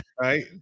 right